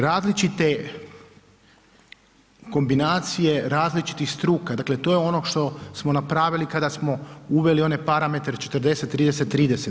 Različite kombinacije, različitih struka, dakle to je ono što smo napravili kada smo uveli one parametre 40:30:30.